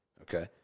Okay